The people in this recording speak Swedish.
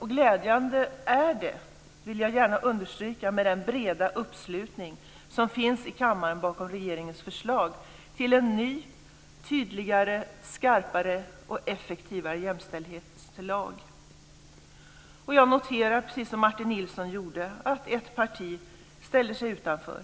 Jag vill gärna understryka att det är glädjande med den breda uppslutning som finns i kammaren bakom regeringens förslag till en ny tydligare, skarpare och effektivare jämställdhetslag. Jag noterar, precis som Martin Nilsson gjorde, att ett parti ställer sig utanför.